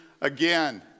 again